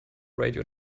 radio